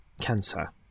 cancer